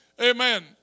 Amen